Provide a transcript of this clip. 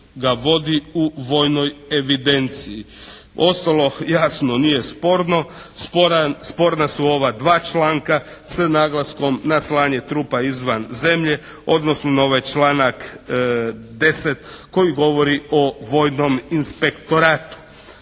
ga vodi u vojnoj evidenciji. Ostalo jasno nije sporno. Sporna su ova dva članka s naglaskom na slanje trupa izvan zemlje, odnosno na ovaj članak 10. koji govori o vojnom inspektoratu.